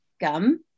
gum